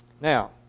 Now